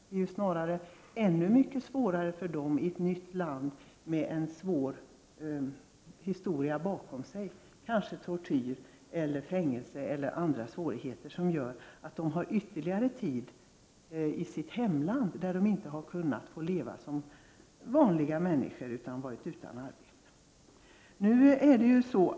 Det är snarare ännu mycket svårare för flyktingarna i ett nytt land med en svår historia bakom sig, kanske tortyr, fängelse eller andra svårigheter som gör att de inte ens i sina hemländer tidigare har kunnat leva som vanliga människor utan har varit utan arbete.